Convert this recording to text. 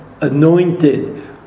anointed